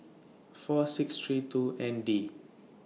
four six three two N D